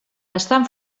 estan